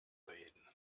reden